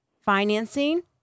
financing